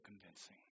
convincing